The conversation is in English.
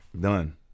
Done